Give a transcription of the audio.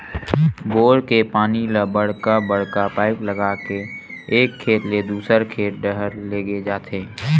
bore के पानी ल बड़का बड़का पाइप लगा के एक खेत ले दूसर खेत डहर लेगे जाथे